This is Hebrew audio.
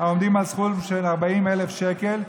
העומדים על סכום של 40,000 שקל,